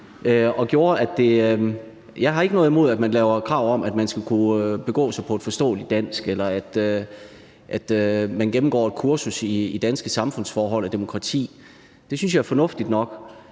Jeg har ikke noget imod, at der er krav om, at man skal kunne begå sig på et forståeligt dansk, eller at man gennemgår et kursus i danske samfundsforhold og demokrati. Det synes jeg er fornuftigt nok.